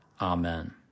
Amen